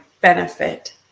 benefit